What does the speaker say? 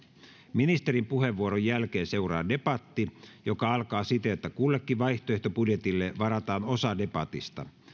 ministerin puheenvuoron jälkeen seuraa debatti joka alkaa siten että kullekin vaihtoehtobudjetille varataan osa debatista